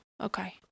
Okay